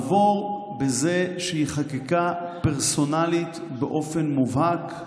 עבור בזה שהיא חקיקה פרסונלית באופן מובהק,